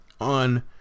on